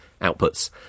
outputs